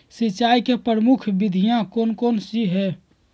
सिंचाई की प्रमुख विधियां कौन कौन सी है?